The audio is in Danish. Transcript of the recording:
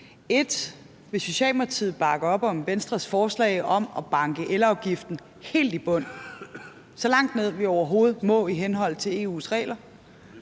et: Vil Socialdemokratiet bakke op om Venstres forslag om at banke elafgiften helt i bund og så langt ned, som vi overhovedet må i henhold til EU's regler?